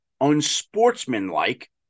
unsportsmanlike